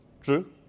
True